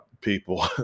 people